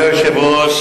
היושב-ראש,